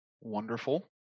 wonderful